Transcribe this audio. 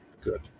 good